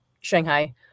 Shanghai